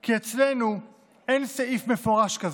כי "אצלנו אין סעיף מפורש כזה,